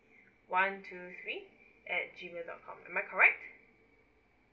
one two three at G mail dot com am I correct